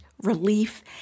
relief